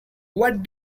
what